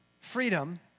freedom